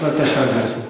בבקשה, גברתי.